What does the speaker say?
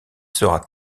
sera